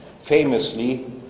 Famously